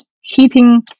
heating